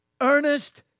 earnest